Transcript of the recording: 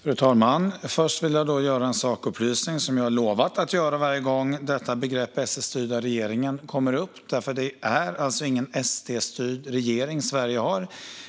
Fru talman! Först vill jag ge en sakupplysning som jag har lovat att göra varje gång begreppet SD-styrda regeringen kommer upp eftersom det alltså inte är någon SD-styrd regering som Sverige har.